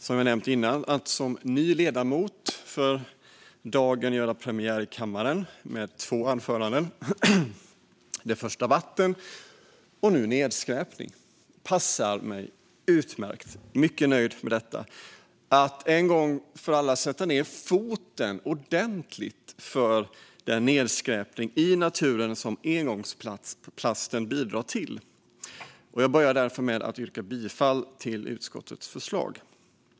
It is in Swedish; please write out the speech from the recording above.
Fru talman! Att som ny ledamot göra premiär i kammaren med ett anförande om vatten och sedan fortsätta med ett om nedskräpning passar mig utmärkt. Jag är mycket nöjd med detta. Jag vill en gång för alla sätta ned foten ordentligt mot den nedskräpning i naturen som engångsplasten bidrar till. Jag börjar därför med att yrka bifall till utskottets förslag.